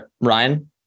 Ryan